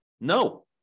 No